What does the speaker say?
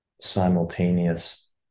simultaneous